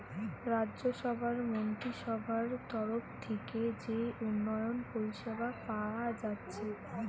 রাজ্যসভার মন্ত্রীসভার তরফ থিকে যে উন্নয়ন পরিষেবা পায়া যাচ্ছে